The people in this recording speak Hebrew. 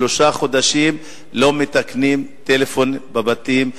שלושה חודשים לא מתקנים טלפון בבתים.